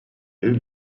beri